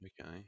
okay